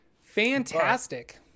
Fantastic